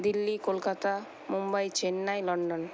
Delhi Kolkata Mumbai Chennai London